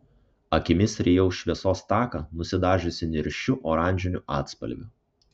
akimis rijau šviesos taką nusidažiusį niršiu oranžiniu atspalviu